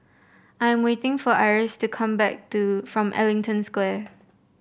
I'm waiting for Iris to come back to from Ellington Square